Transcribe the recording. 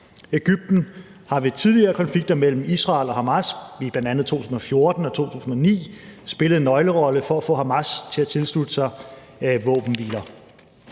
Egypten har ved tidligere konflikter mellem Israel og Hamas i bl.a. 2014 og 2009 spillet en nøglerolle for at få Hamas til at tilslutte sig våbenhviler.